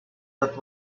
that